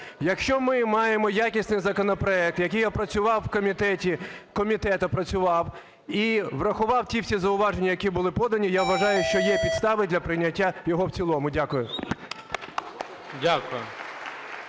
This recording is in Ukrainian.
Якщо ми маємо якісний законопроект, який опрацював в комітеті, комітет опрацював і врахував ті всі зауваження, які були подані, я вважаю, що є підстави для прийняття його в цілому. Дякую.